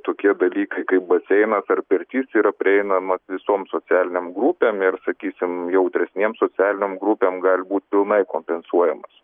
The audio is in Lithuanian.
tokie dalykai kaip baseinas ar pirtis yra prieinama visom socialinėm grupėm ir sakysim jautresnėm socialinėm grupėm gali būt pilnai kompensuojamas